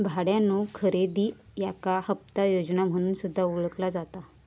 भाड्यानो खरेदी याका हप्ता योजना म्हणून सुद्धा ओळखला जाता